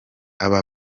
aba